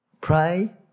pray